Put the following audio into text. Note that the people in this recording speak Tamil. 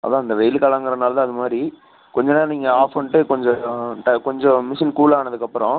அதுதான் இந்த வெயில் காலங்கிறதுனால தான் அது மாதிரி கொஞ்ச நேரம் நீங்கள் ஆஃப் பண்ணிட்டு கொஞ்சம் ட கொஞ்சம் மிஷின் கூல் ஆனதுக்கப்புறம்